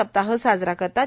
सप्ताह साजरा करतात